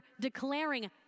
declaring